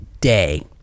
Day